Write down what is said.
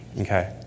Okay